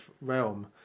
realm